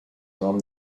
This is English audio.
from